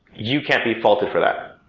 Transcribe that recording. you can't be faulted for that.